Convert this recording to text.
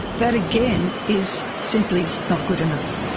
that again is simply not good enough.